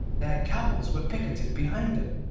their camels were picketed behind them,